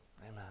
Amen